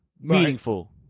Meaningful